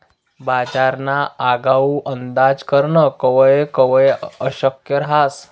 बजारना आगाऊ अंदाज करनं कवय कवय अशक्य रहास